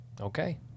Okay